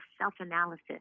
self-analysis